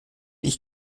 ich